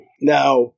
Now